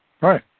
right